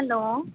hello